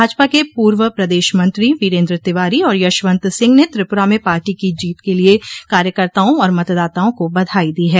भाजपा के पूर्व प्रदेश मंत्री वीरेन्द्र तिवारी और यशवंत सिंह ने त्रिपुरा में पार्टी की जीत के लिए कार्यकर्ताओं और मतदाताओं को बधाई दी है